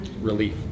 Relief